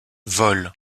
vol